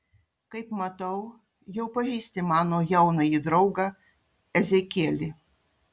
kaip matau jau pažįsti mano jaunąjį draugą ezekielį